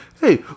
Hey